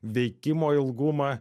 veikimo ilgumą